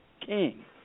King